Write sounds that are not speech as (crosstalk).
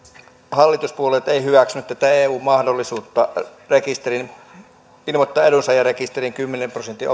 hallituspuolueet eivät hyväksyneet tätä eu mahdollisuutta ilmoittaa edunsaajarekisteriin kymmenen prosentin (unintelligible)